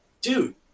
Dude